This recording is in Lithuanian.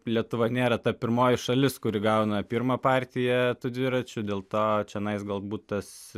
lietuva nėra ta pirmoji šalis kuri gauna pirmą partiją tų dviračių dėl to čionais galbūt tas